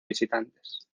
visitantes